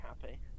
happy